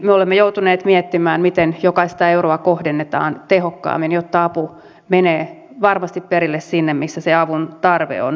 me olemme joutuneet miettimään miten jokaista euroa kohdennetaan tehokkaammin jotta apu menee varmasti perille sinne missä se avuntarve on suurin